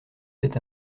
cet